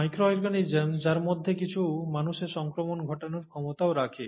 micro organism যার মধ্যে কিছু মানুষে সংক্রমণ ঘটানোর ক্ষমতাও রাখে